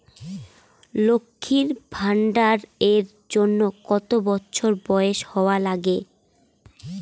লক্ষী ভান্ডার এর জন্যে কতো বছর বয়স হওয়া লাগে?